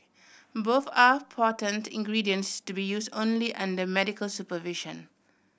both are potent ingredients to be use only under medical supervision